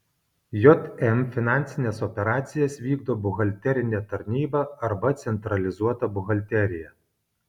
jm finansines operacijas vykdo buhalterinė tarnyba arba centralizuota buhalterija